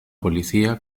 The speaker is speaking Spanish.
policía